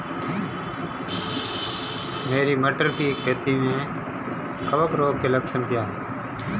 मेरी मटर की खेती में कवक रोग के लक्षण क्या हैं?